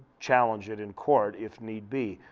challenge it in court if need be.